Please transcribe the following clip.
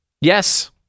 Yes